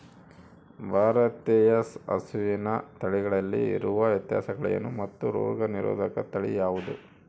ಭಾರತೇಯ ಹಸುವಿನ ತಳಿಗಳಲ್ಲಿ ಇರುವ ವ್ಯತ್ಯಾಸಗಳೇನು ಮತ್ತು ರೋಗನಿರೋಧಕ ತಳಿ ಯಾವುದು?